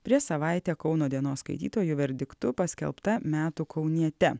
prieš savaitę kauno dienos skaitytojų verdiktu paskelbta metų kauniete